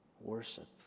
Worship